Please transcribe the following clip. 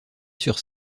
sur